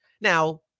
Now